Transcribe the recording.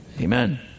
amen